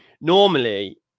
Normally